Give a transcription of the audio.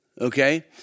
okay